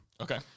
Okay